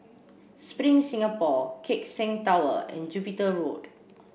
Spring Singapore Keck Seng Tower and Jupiter Road